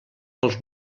pels